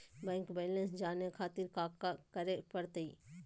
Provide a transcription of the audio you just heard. Bank balance जाने खातिर काका करे पड़तई?